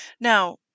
Now